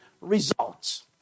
results